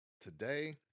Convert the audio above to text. today